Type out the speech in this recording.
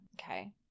Okay